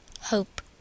Hope